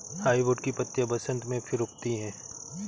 hardwood की पत्तियां बसन्त में फिर उगती हैं